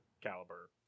caliber